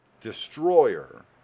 Destroyer